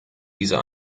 dieser